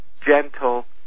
gentle